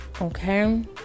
Okay